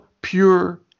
pure